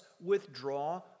withdraw